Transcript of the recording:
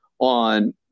on